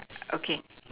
okay